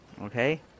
Okay